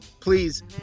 Please